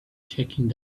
taking